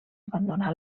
abandonar